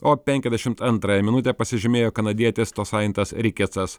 o penkiasdešimt antrąją minutę pasižymėjo kanadietis tosajentas rikecas